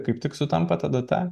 kaip tik sutampa ta data